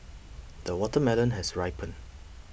the watermelon has ripened